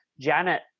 Janet